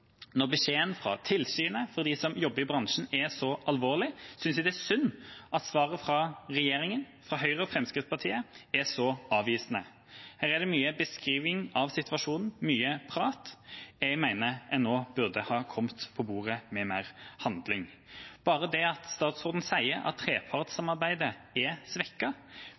Når beskjeden fra tilsynet, fra dem som jobber i bransjen, er så alvorlig, synes jeg det er synd at svaret fra regjeringa, fra Høyre og Fremskrittspartiet, er så avvisende. Her er det mye beskrivelse av situasjonen, mye prat. Jeg mener en nå burde ha kommet til bordet med mer handling. Bare det at statsråden sier at trepartssamarbeidet er